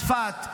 צפת,